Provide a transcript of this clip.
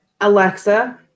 Alexa